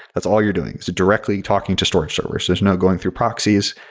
that's all you're doing, so directly talking to storage servers. there's no going through proxies.